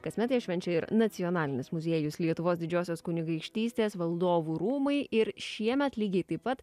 kasmet ją švenčia ir nacionalinis muziejus lietuvos didžiosios kunigaikštystės valdovų rūmai ir šiemet lygiai taip pat